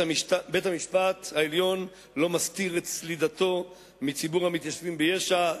בית-המשפט העליון לא מסתיר את סלידתו מציבור המתיישבים ביש"ע,